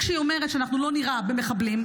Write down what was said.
כשהיא אומרת שאנחנו לא נירה במחבלים,